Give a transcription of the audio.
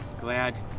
glad